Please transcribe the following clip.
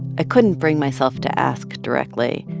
i couldn't bring myself to ask directly.